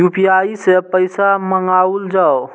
UPI सै पैसा मंगाउल जाय?